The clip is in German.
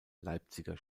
leipziger